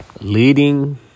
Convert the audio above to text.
leading